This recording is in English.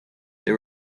they